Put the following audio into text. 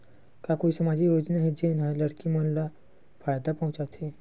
का कोई समाजिक योजना हे, जेन हा लड़की मन ला फायदा पहुंचाथे?